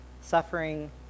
suffering